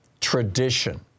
Tradition